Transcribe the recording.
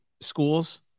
schools